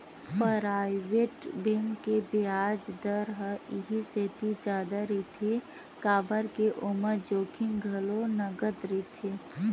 private bank के बियाज दर ह इहि सेती जादा रहिथे काबर के ओमा जोखिम घलो नँगत रहिथे